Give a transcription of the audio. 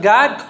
God